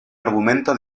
argumento